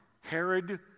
Herod